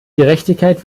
gerechtigkeit